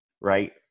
right